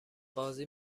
بازی